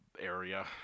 area